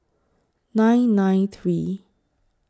nine nine three